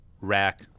rack